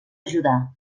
ajudar